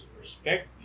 respect